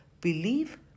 believe